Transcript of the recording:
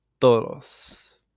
todos